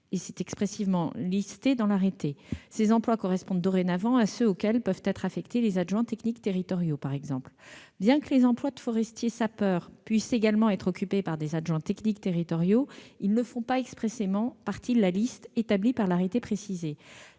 et qui sont expressément listés dans l'arrêté. Ces emplois correspondent dorénavant à ceux auxquels peuvent être affectés les adjoints techniques territoriaux, par exemple. Bien que les emplois de forestiers-sapeurs puissent également être occupés par des adjoints techniques territoriaux, ils ne font pas expressément partie de la liste établie par l'arrêté précité.